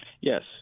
Yes